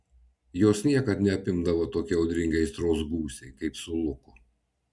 jos niekad neapimdavo tokie audringi aistros gūsiai kaip su luku